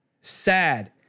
Sad